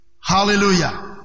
Hallelujah